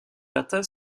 latin